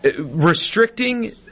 Restricting